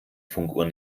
funkuhr